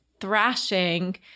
thrashing